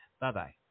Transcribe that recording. Bye-bye